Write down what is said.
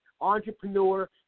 entrepreneur